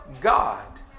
God